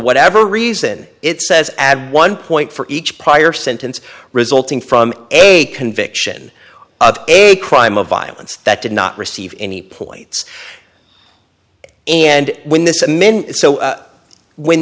whatever reason it says add one point for each prior sentence resulting from a conviction of a crime of violence that did not receive any points and when this i'm in so when